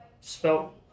spelt